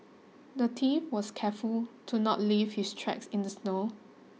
the thief was careful to not leave his tracks in the snow